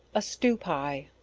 a stew pie.